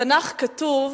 בתנ"ך כתוב: